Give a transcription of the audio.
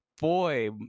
boy